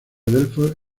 delfos